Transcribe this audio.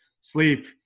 Sleep